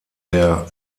der